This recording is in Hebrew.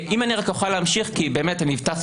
אם אני אוכל להמשיך כי באמת אני הבטחתי